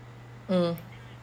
mm